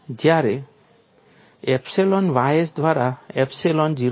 જ્યારે epsilon ys દ્વારા epsilon 0